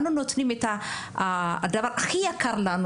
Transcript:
אנחנו נותנים את הדבר יקר לנו,